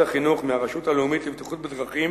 החינוך מהרשות הלאומית לבטיחות בדרכים